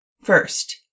First